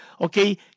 Okay